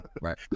Right